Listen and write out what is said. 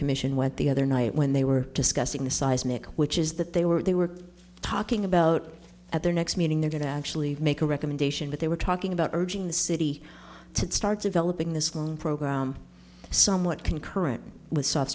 commission went the other night when they were discussing the seismic which is that they were they were talking about at their next meeting they're going to actually make a recommendation but they were talking about urging the city to start developing this program somewhat concurrent with s